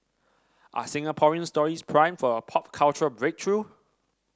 are Singaporean stories primed for a pop cultural breakthrough